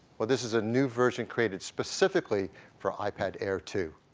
but this is a new version created specifically for ipad air two.